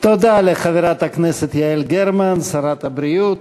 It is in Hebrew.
תודה לחברת הכנסת יעל גרמן, שרת הבריאות.